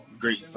great